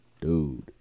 Dude